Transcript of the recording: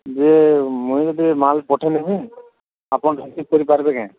ଯେ ମୁଇଁଦି ମାଲ ପଠେଇ ନେବି ଆପଣ ରିସିଭ୍ କରିପାରେ କାଁ